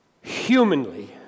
humanly